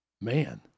Man